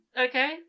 okay